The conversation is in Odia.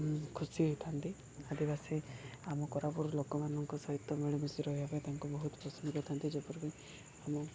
ଖୁସି ହୋଇଥାନ୍ତି ଆଦିବାସୀ ଆମ କୋରାପୁଟ ଲୋକମାନଙ୍କ ସହିତ ମିଳିମିଶି ରହିବା ପାଇଁ ତାଙ୍କୁ ବହୁତ ପସନ୍ଦ କରିଥାନ୍ତି ଯେପରିକ ଆମ